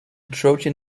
trojan